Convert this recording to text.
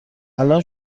الان